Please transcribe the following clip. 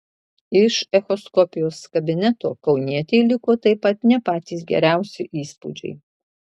iš echoskopijos kabineto kaunietei liko taip pat ne patys geriausi įspūdžiai